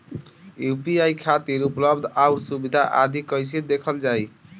UPI खातिर उपलब्ध आउर सुविधा आदि कइसे देखल जाइ?